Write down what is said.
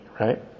right